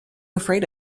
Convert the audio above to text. afraid